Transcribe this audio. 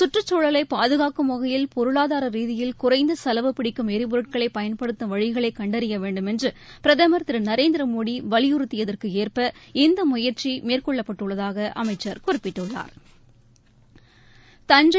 சுற்றுச்சூழலை பாதுகாக்கும் வகையில் பொருளாதார ரீதியில் குறைந்த செலவு பிடிக்கும் ளரிபொருட்களை பயன்படுத்தும் வழிகளை கண்டறிய வேண்டுமென்று பிரதமா் திரு நரேந்திரமோடி வலியுறுத்தியதற்கு ஏற்ப இந்த முயற்சி மேற்கொள்ளப்பட்டுள்ளதாக அமைச்சா் குறிப்பிட்டுள்ளாா்